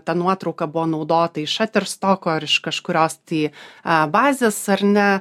ta nuotrauka buvo naudota iš šaterstoko ar iš kažkurios tai a bazės ar ne